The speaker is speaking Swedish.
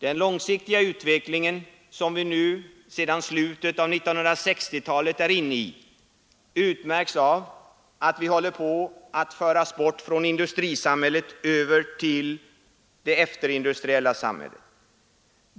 Den långsiktiga utveckling som vi nu sedan slutet av 1960-talet är inne i utmärks av att vi håller på att föras bort från industrisamhället över till det efterindustriella samhället.